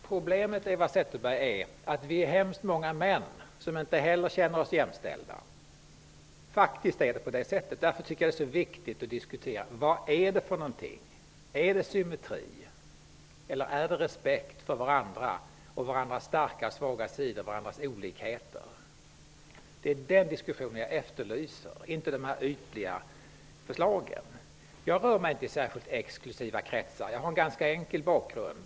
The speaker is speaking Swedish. Fru talman! Problemet, Eva Zetterberg, är att många män inte heller känner sig jämställda. Det är faktiskt på det sättet. Jag tycker därför att det är viktigt att diskutera vad det här gäller. Är det en fråga om symmetri eller om respekt för varandra och varandras starka och svaga sidor, varandras olikheter? Det är den diskussionen som jag efterlyser, inte dessa ytliga förslag. Jag rör mig inte i särskilt exklusiva kretsar. Jag har en ganska enkel bakgrund.